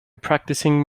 practicing